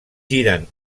giren